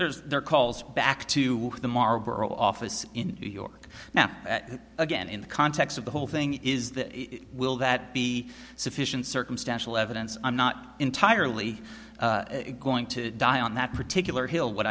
there's the calls back to the marlborough office in new york now and again in the context of the whole thing is the will that be sufficient circumstantial evidence i'm not entirely going to die on that particular hill